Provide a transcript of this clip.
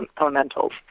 elementals